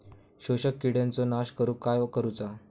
शोषक किडींचो नाश करूक काय करुचा?